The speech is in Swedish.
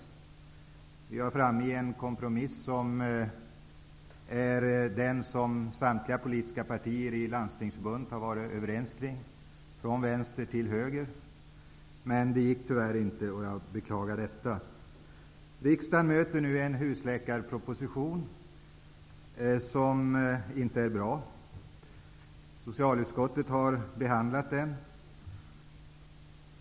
Vi var framme vid den kompromiss som samtliga politiska partier -- från vänster till höger -- har varit överens om i Landstingsförbundet, men det gick tyvärr inte att enas om den, och jag beklagar detta. Riksdagen möter nu en husläkarproposition som inte är bra. Socialutskottet har behandlat den.